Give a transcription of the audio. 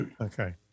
Okay